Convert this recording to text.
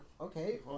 okay